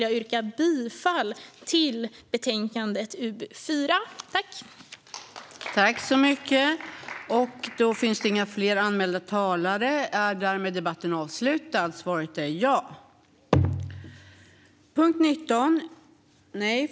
Jag yrkar bifall till utskottets förslag.